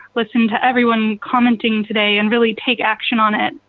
listen to everyone commenting today, and really take action on it,